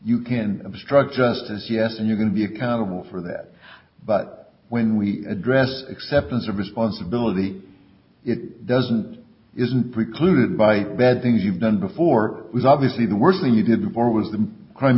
you can obstruct justice yes and you're going to be accountable for that but when we address acceptance of responsibility it doesn't isn't precluded by bad things you've done before was obviously the worst thing you did before was the crime